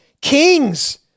kings